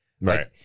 Right